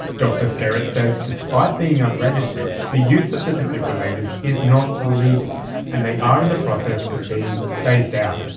dr skerritt says despite being unregistered, the use of the defibrillators is not illegal and they are in the process of being phased out.